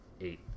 eight